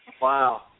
Wow